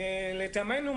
לטעמנו,